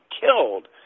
killed